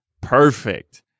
Perfect